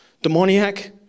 demoniac